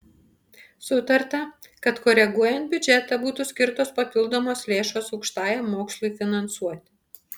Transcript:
sutarta kad koreguojant biudžetą būtų skirtos papildomos lėšos aukštajam mokslui finansuoti